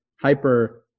hyper